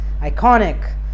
iconic